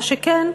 מה שכן,